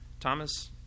Thomas